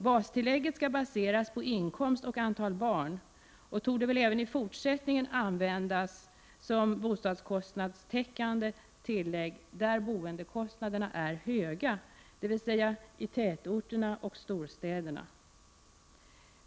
Bastillägget skall baseras på inkomst och antal barn och torde väl även i fortsättningen användas som bostadskostnadstäckande tillägg där boendekostnaderna är höga — dvs. i tätorterna och storstäderna.